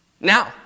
now